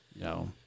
No